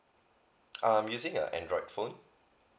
uh I'm using a android phone